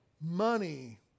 money